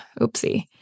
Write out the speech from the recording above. oopsie